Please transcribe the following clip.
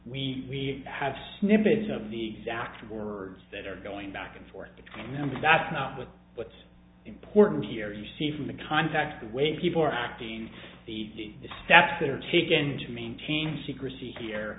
we have snippets of the zapped words that are going back and forth between them but that's not what what's important here you see from the contact the way people are acting the steps that are taken to maintain secrecy here